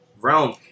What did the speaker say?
realm